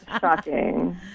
shocking